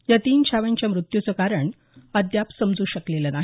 या तीन छाव्यांच्या मृत्यूचं कारण अद्याप समजू शकलेलं नाही